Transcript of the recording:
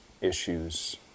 issues